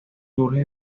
surge